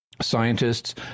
scientists